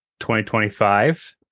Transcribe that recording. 2025